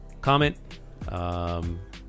comment